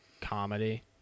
comedy